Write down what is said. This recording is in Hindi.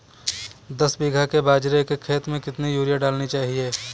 दस बीघा के बाजरे के खेत में कितनी यूरिया डालनी चाहिए?